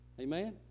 Amen